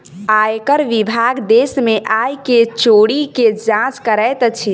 आयकर विभाग देश में आय के चोरी के जांच करैत अछि